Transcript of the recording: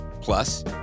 Plus